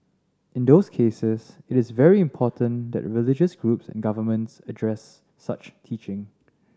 in those cases it is very important that religious groups and governments address such teaching